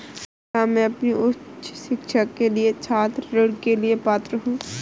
क्या मैं अपनी उच्च शिक्षा के लिए छात्र ऋण के लिए पात्र हूँ?